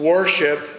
Worship